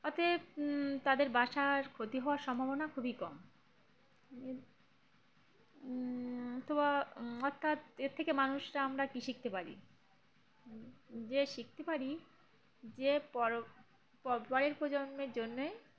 অতএব তাদের বাসার ক্ষতি হওয়ার সম্ভাবনা খুবই কম অথবা অর্থাৎ এর থেকে মানুষরা আমরা কী শিখতে পারি যে শিখতে পারি যে পর পরের প্রজন্মের জন্যই